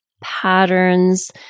patterns